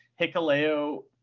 hikaleo